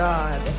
God